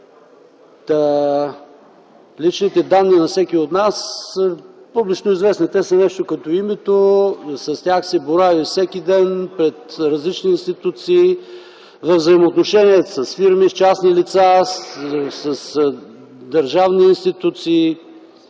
личните данни на всеки от нас са нещо като името, с тях се борави всеки ден пред различни институции, във взаимоотношенията с фирми, с частни лица, с държавни институции.